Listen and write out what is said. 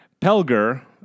Pelger